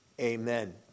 Amen